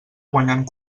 guanyant